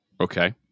Okay